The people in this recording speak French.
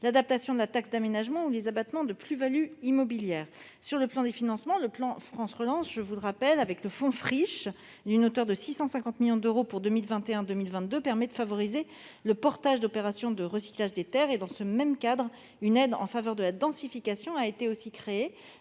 l'adaptation de la taxe d'aménagement ou par les abattements de plus-value immobilière. En matière de financement, le plan France Relance permet, au travers du fonds Friches, doté de 650 millions d'euros pour 2021-2022, de favoriser le portage d'opérations de recyclage des terres. Dans ce même cadre, une aide en faveur de la densification a été créée